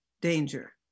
danger